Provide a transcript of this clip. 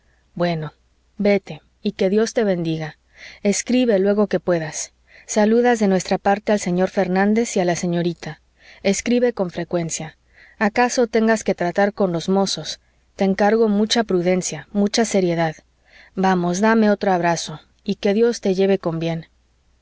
bueno vete y que dios te bendiga escribe luego que puedas saludas de nuestra parte al señor fernández y a la señorita escribe con frecuencia acaso tengas que tratar con los mozos te encargo mucha prudencia mucha seriedad vamos dame otro abrazo y que dios te lleve con bien